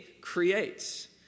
creates